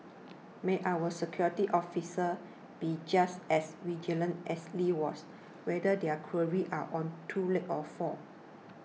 may our security officers be just as vigilant as Lee was whether their quarries are on two legs or four